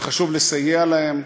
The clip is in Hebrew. וחשוב לסייע להם.